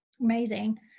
Amazing